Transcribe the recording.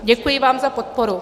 Děkuji vám za podporu.